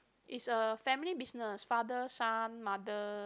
it's a family business father son mother